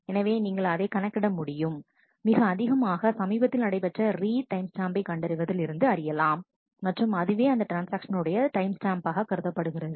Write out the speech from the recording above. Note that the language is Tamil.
எனவே நீங்கள் அதை கணக்கிட முடியும் மிக அதிகமாக சமீபத்தில் நடைபெற்ற ரீட் டைம் ஸ்டாம்பை கண்டறிவதில் இருந்து அறியலாம் மற்றும் அதுவே அந்த ட்ரான்ஸ்ஆக்ஷன் உடைய டைம் ஸ்டாம்பாக கருதப்படுகிறது